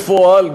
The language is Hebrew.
בפועל,